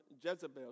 Jezebel